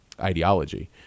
ideology